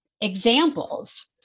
examples